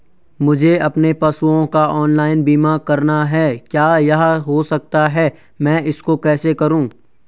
मुझे अपने पशुओं का ऑनलाइन बीमा करना है क्या यह हो सकता है मैं इसको कैसे करूँ?